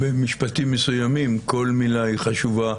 היות שבמשפטים מסוימים כל מילה היא חשובה,